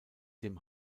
dem